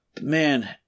man